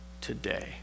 today